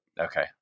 Okay